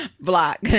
block